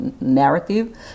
narrative